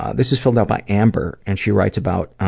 ah this is filled out by amber, and she writes about